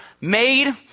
made